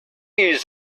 use